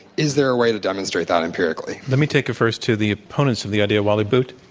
is there a way to demonstrate that empirically? let me take it first to the opponents of the idea. wally but